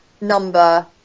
number